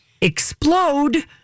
explode